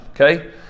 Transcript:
Okay